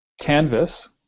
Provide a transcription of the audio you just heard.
Canvas